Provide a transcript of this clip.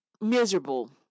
Miserable